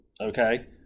Okay